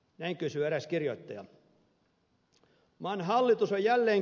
näin kysyy eräs kirjoittaja